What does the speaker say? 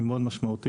זה מאוד משמעותי,